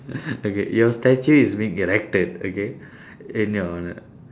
okay your statue is being erected okay in your honour